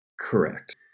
Correct